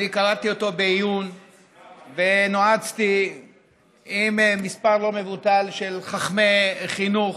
אני קראתי אותו בעיון ונועצתי עם מספר לא מבוטל של חכמי חינוך.